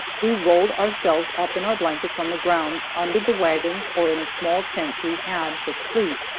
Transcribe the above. we rolled ourselves up in our blankets on the ground, under the wagons or in a small tent we had, for sleep.